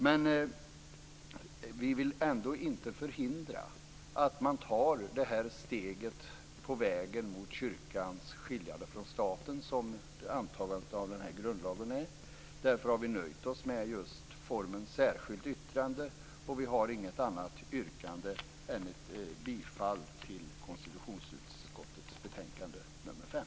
Ändå vill vi inte förhindra att man tar det steg på vägen mot kyrkans skiljande från staten som antagandet av den här grundlagen är. Därför har vi nöjt oss med just formen särskilt yttrande. Vi har inget annat yrkande än bifall till hemställan i konstitutionsutskottets betänkande nr 5.